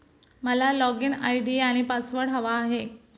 मला login ID आणि password हवा आहे